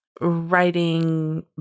writing